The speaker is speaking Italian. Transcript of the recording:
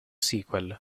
sequel